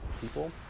people